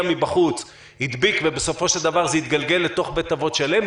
מבחוץ הדביק ובסופו של דבר זה התגלגל לתוך בית אבות שלם,